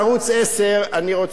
אני רוצה לספר לך,